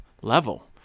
level